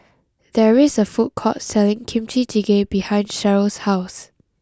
there is a food court selling Kimchi Jjigae behind Sheryll's house